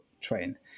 train